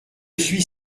suis